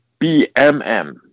BMM